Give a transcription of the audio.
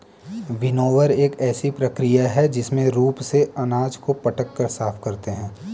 winnower एक ऐसी प्रक्रिया है जिसमें रूप से अनाज को पटक कर साफ करते हैं